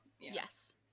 Yes